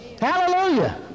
Hallelujah